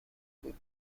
بود